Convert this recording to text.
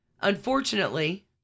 Unfortunately